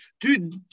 Dude